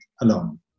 alone